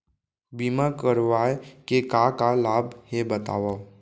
बीमा करवाय के का का लाभ हे बतावव?